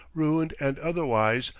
ruined and otherwise,